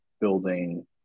building